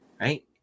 right